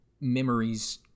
memories